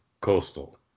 coastal